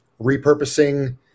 Repurposing